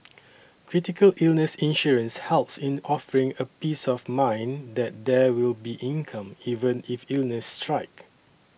critical illness insurance helps in offering a peace of mind that there will be income even if illnesses strike